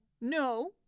No